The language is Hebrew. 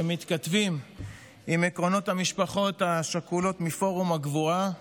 שמתכתבים עם עקרונות המשפחות השכולות מפורום הגבורה,